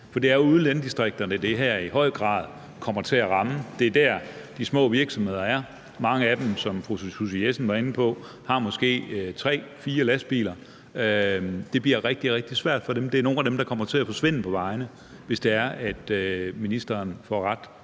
for det er ude i landdistrikterne, det her i høj grad kommer til at ramme. Det er dér, de små virksomheder er, og mange af dem har måske, som fru Susie Jessen var inde på, tre, fire lastbiler, og det bliver rigtig, rigtig svært for dem, og det er nogle af dem, der kommer til at forsvinde fra vejene, hvis det er, at ministeren får